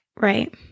Right